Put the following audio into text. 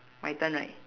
my turn right